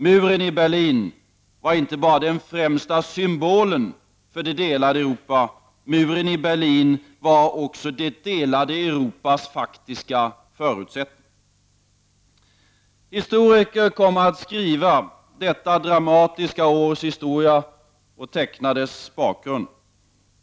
Muren i Berlin var inte bara den främsta symbolen för det delade Europa; den var också det delade Europas faktiska förutsättning. Historiker kommer att skriva detta dramatiska års historia och teckna dess bakgrund.